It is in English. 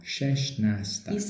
Szesnasta